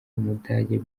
umudage